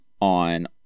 on